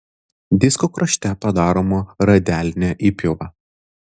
disko krašte padaroma radialinė įpjova